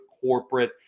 corporate